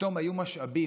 פתאום היו משאבים.